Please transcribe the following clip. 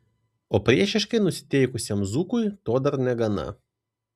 o priešiškai nusiteikusiam zukui to dar negana